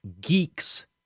Geeks